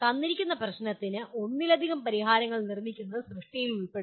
തന്നിരിക്കുന്ന പ്രശ്നത്തിന് ഒന്നിലധികം പരിഹാരങ്ങൾ നിർമ്മിക്കുന്നത് സൃഷ്ടിയിൽ ഉൾപ്പെടുന്നു